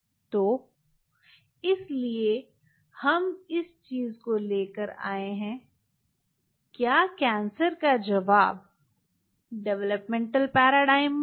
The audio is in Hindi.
तो इसीलिए हम इस चीज को लेकर आए हैं क्या कैंसर का जवाब डेवलपमेंटल पैराडाइम में है